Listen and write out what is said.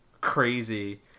crazy